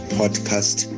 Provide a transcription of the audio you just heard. podcast